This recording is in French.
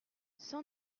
cent